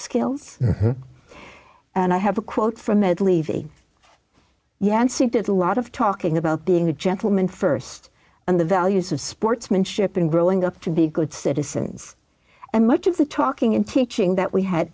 skills and i have a quote from ed levy yancey did a lot of talking about being a gentleman st and the values of sportsmanship and growing up to be good citizens and much of the talking and teaching that we had